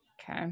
Okay